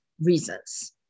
reasons